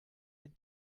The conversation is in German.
den